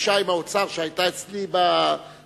בפגישה עם האוצר שהיתה אצלי בחדר,